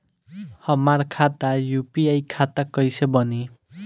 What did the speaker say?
हमार खाता यू.पी.आई खाता कइसे बनी?